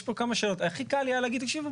יש כמה שהכי קל היה להגיד תקשיבו,